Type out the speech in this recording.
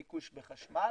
הביקוש בחשמל,